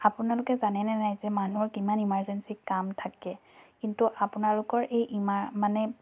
আপোনালোকে জানেনে নাই যে মানুহৰ কিমান ইমাৰজেঞ্চি কাম থাকে কিন্তু আপোনালোকৰ এই ইমা মানে